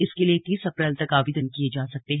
इसके लिए तीस अप्रैल तक आवेदन किये जा सकते हैं